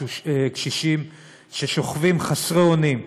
קשישים ששוכבים חסרי אונים בבתי-החולים.